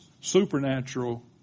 supernatural